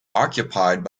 occupied